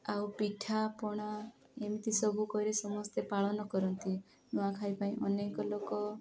ଆଉ ପିଠାପଣା ଏମିତି ସବୁ କରି ସମସ୍ତେ ପାଳନ କରନ୍ତି ନୂଆଖାଇ ପାଇଁ ଅନେକ ଲୋକ